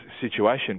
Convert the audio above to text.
situation